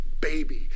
baby